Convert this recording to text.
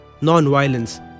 non-violence